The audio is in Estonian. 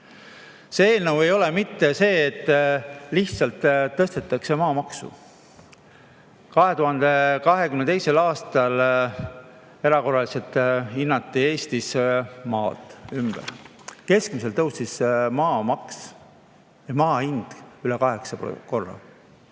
eelnõu ei ole mitte see, et lihtsalt tõstetakse maamaksu. 2022. aastal erakorraliselt hinnati Eestis maad ümber. Keskmiselt tõusis maa hind üle kaheksa korra.